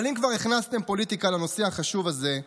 אבל אם כבר הכנסתם פוליטיקה לנושא החשוב הזה,